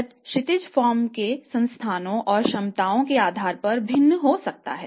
budget क्षितिज firm के संसाधनों और क्षमताओं के आधार पर भिन्न हो सकता है